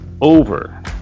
over